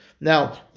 Now